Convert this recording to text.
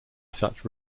such